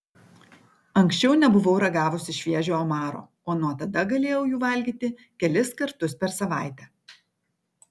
anksčiau nebuvau ragavusi šviežio omaro o nuo tada galėjau jų valgyti kelis kartus per savaitę